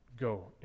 go